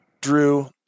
Drew